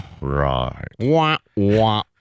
right